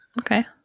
okay